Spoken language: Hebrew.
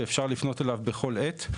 אפשר לפנות אליו בכל עת.